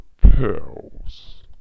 pills